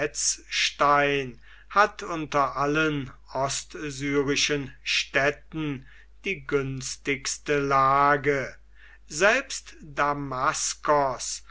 wetzstein hat unter allen ostsyrischen städten die günstigste lage selbst damaskos